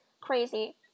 crazy